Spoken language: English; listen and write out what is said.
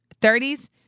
30s